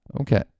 Okay